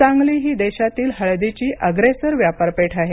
सांगली ही देशातील हळदीची अग्रेसर व्यापारपेठ आहे